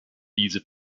diese